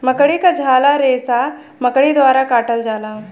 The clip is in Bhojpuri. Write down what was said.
मकड़ी क झाला रेसा मकड़ी द्वारा काटल जाला